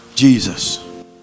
Jesus